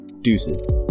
Deuces